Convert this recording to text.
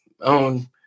own